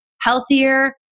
healthier